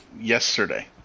yesterday